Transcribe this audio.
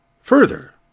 Further